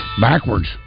backwards